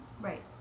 Right